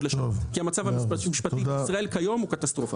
לשנות כי המצב המשפטי בישראל כיום הוא קטסטרופה.